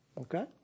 Okay